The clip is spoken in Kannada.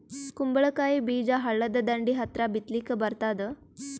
ಕುಂಬಳಕಾಯಿ ಬೀಜ ಹಳ್ಳದ ದಂಡಿ ಹತ್ರಾ ಬಿತ್ಲಿಕ ಬರತಾದ?